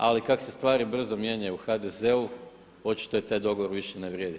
Ali kako se stvari brzo mijenjaju u HDZ-u očito i taj dogovor više ne vrijedi.